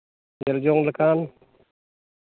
ᱧᱮᱞ ᱡᱚᱝ ᱞᱮᱠᱟᱱ